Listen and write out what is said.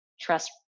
trust